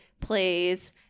plays